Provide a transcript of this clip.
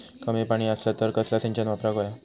कमी पाणी असला तर कसला सिंचन वापराक होया?